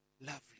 lovely